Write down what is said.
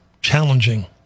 challenging